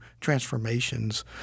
transformations